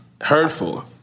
hurtful